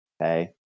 Okay